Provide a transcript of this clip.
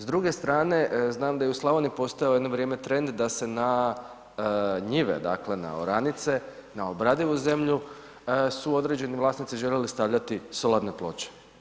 S druge strane, znam da je i u Slavoniji postajao jedno vrijeme trend, da se na njive, dakle, na oranice, na obradivu zemlju su određeni vlasnici željeli stavljati solarne ploče.